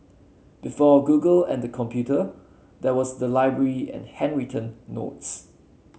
before Google and the computer there was the library and handwritten notes